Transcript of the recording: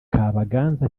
kabaganza